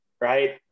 right